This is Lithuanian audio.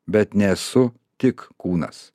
bet nesu tik kūnas